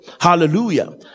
hallelujah